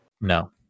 No